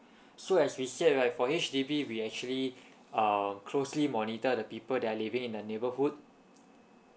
so as we said right for H_D_B we actually um closely monitored the people they're living in the neighborhood